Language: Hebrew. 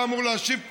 אתה אמור להשיב פה,